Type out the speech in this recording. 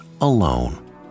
alone